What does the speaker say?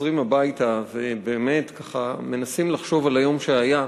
כשחוזרים הביתה ובאמת מנסים לחשוב על היום שהיה,